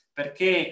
perché